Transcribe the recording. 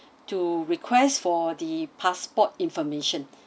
to request for the passport information